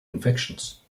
infections